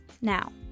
Now